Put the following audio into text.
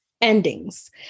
endings